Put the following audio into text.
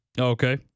Okay